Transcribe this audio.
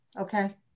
Okay